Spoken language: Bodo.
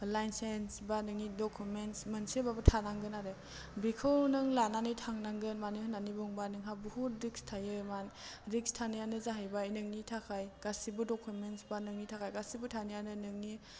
लाइसेन्स बा नोंनि डकमेन्स मोनसेबाबो थानांगोन आरो बेखौ नों लानानै थांनांगोन मानो होन्नानै बुङोबा नोंहा बहुत रिस्क थायो मान रिक्स थानायानो जाहैबाय नोंनि थाखाय गासिबो डकमेन्स बा नोंनि थाखाय गासिबो थानायानो नोंनि